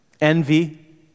Envy